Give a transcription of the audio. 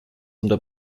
unter